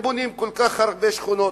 ובונים כל כך הרבה שכונות,